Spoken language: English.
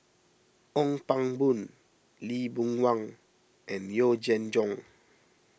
Ong Pang Boon Lee Boon Wang and Yee Jenn Jong